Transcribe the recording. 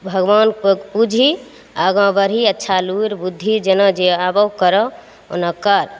भगवानके पूजही आगा बढ़ही अच्छा लुरि बुद्धि जेना जे आबो कर ओना कर